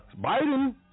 Biden